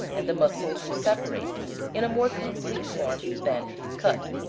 and the muscles will separate in a more complete form than if cut.